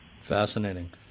Fascinating